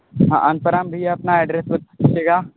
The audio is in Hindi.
हाँ अंतराम भैया अपना एड्रेस बता दीजिएगा